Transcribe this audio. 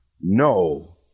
no